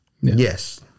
Yes